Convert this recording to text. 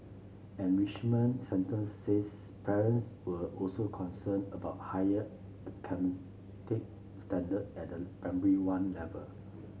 enrichment centres says parents were also concerned about higher standard at the Primary One level